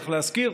צריך להזכיר,